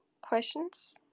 questions